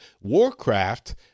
Warcraft